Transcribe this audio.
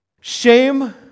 Shame